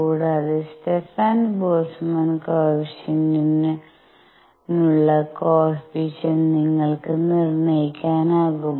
കൂടാതെ Stefan Boltzmann കോഫിഫിഷ്യന്റിനുള്ള coefficient നിങ്ങൾക്ക് നിർണ്ണയിക്കാനാകും